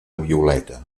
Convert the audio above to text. violeta